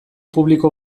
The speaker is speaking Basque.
publiko